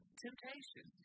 temptation